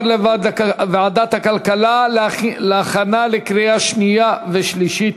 לוועדת הכלכלה להכנה לקריאה שנייה ושלישית.